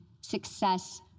success